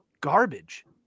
garbage